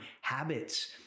habits